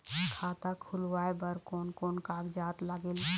खाता खुलवाय बर कोन कोन कागजात लागेल?